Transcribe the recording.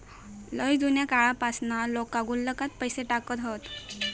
लय जुन्या काळापासना लोका गुल्लकात पैसे टाकत हत